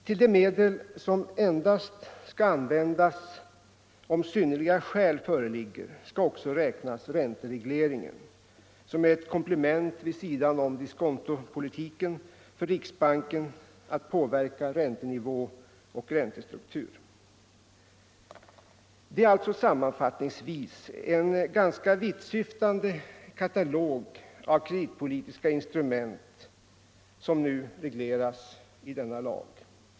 Till de medel som endast skall användas om synnerliga skäl föreligger skall också räknas ränteregleringen, som är ett komplement vid sidan om diskontopolitiken för riksbanken att påverka räntenivå och räntestruktur. Det är alltså en ganska vittsyftande katalog av kreditpolitiska instrument som nu regleras i denna lag.